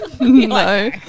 no